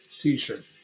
t-shirt